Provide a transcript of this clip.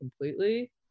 completely